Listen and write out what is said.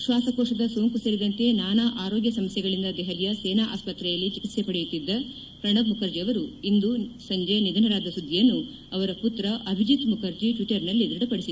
ಶ್ವಾಸಕೋಶದ ಸೋಂಕು ಸೇರಿದಂತೆ ನಾನಾ ಆರೋಗ್ಯ ಸಮಸ್ಯೆಗಳಿಂದ ದೆಹಲಿಯ ಸೇನಾ ಆಸ್ವತ್ರೆಯಲ್ಲಿ ಚಿಕಿತ್ಸೆ ಪಡೆಯುತ್ತಿದ್ದ ಮಾಜಿ ರಾಷ್ಟ್ರಪತಿ ಪ್ರಣಬ್ ಮುಖರ್ಜಿ ಅವರು ಇಂದು ಸಂಜೆ ನಿಧನರಾದ ಸುದ್ದಿಯನ್ನು ಅವರ ಪುತ್ರ ಅಭಿಜಿತ್ ಮುಖರ್ಜಿ ಟ್ವಿಟರ್ನಲ್ಲಿ ದೃಢಪಡಿಸಿದ್ದಾರೆ